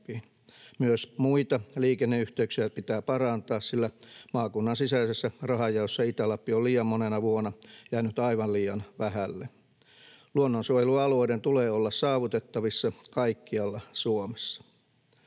Myös muita liikenneyhteyksiä pitää parantaa, sillä maakunnan sisäisessä rahanjaossa Itä-Lappi on liian monena vuonna jäänyt aivan liian vähälle. Luonnonsuojelualueiden tulee olla saavutettavissa kaikkialla Suomessa.